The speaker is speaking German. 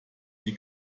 die